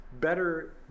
better